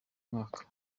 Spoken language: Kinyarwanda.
mwaka